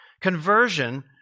Conversion